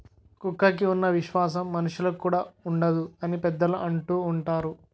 కుక్కకి ఉన్న విశ్వాసం మనుషులుకి కూడా ఉండదు అని పెద్దలు అంటూవుంటారు